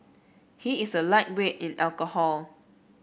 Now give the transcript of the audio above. he is a lightweight in alcohol